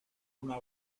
una